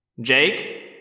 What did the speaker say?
Jake